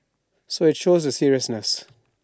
so IT shows the seriousness